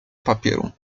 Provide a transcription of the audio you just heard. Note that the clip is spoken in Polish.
papieru